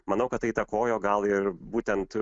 manau kad tai įtakojo gal ir būtent